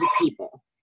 people